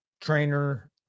trainer